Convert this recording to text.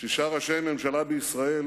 שישה ראשי ממשלה בישראל